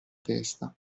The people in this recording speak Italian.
testa